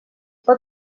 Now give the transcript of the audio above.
pot